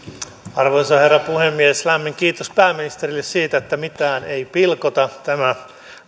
arvoisa herra puhemies lämmin kiitos pääministerille siitä että mitään ei pilkota tämä